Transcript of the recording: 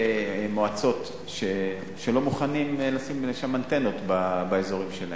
מועצות שלא מוכנים לשים אנטנות באזורים שלהם.